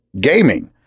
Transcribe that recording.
gaming